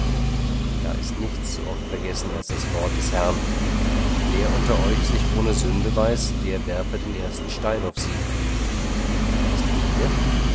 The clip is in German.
da ist nichts so oft vergessen als das wort des herrn wer unter euch sich ohne sünde weiß der werfe den ersten stein auf sie was tun wir